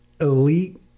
elite